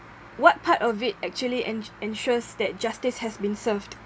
what part of it actually en~ ensures that justice has been served